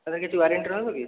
ତା ଧିଏରେ କିଛି ୱାରେଣ୍ଟି ରହିବ କି